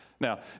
now